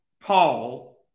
Paul